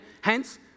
Hence